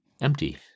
empty